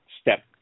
step